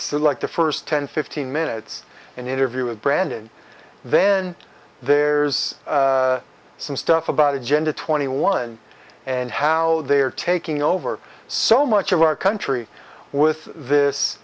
select the first ten fifteen minutes and interview with branded then there's some stuff about agenda twenty one and how they are taking over so much of our country with this